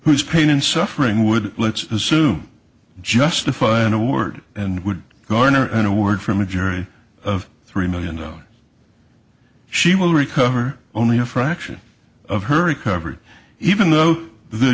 whose pain and suffering would let's assume justify an award and would garner an award from a jury of three million dollars she will recover only a fraction of her recovery even though the